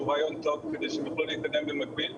שהוא רעיון טוב כדי שהם יוכלו להתקדם במקביל,